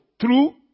True